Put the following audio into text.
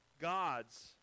God's